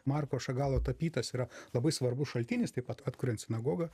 marko šagalo tapytas yra labai svarbus šaltinis taip pat atkuriant sinagogą